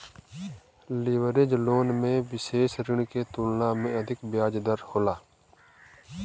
leverage loan में विसेष ऋण के तुलना में अधिक ब्याज दर होला